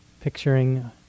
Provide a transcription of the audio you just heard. picturing